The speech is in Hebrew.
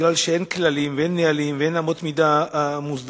מכיוון שאין כללים ואין נהלים ואין אמות מידה מוסדרות,